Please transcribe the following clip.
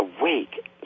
awake